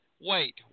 wait